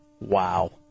Wow